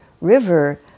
river